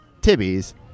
tibby's